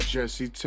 Jesse